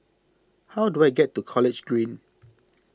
how do I get to College Green